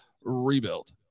rebuild